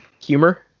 Humor